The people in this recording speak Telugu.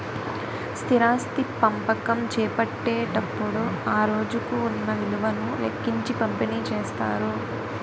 స్థిరాస్తి పంపకం చేపట్టేటప్పుడు ఆ రోజుకు ఉన్న విలువను లెక్కించి పంపిణీ చేస్తారు